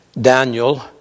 Daniel